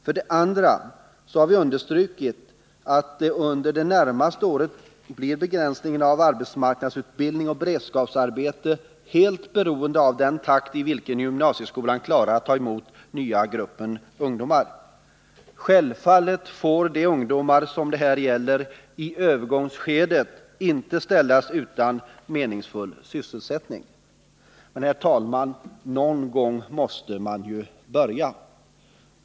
För det andra understryker vi att begränsningen av arbetsmarknadsutbildning och beredskapsarbete under det närmaste året blir helt beroende av den takt i vilken gymnasieskolan klarar av att ta emot den nya gruppen ungdomar. Självfallet får de ungdomar som det här gäller inte i övergångsskedet ställas utan meningsfull sysselsättning. Men, herr talman, någon gång måste man börja.